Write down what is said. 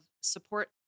support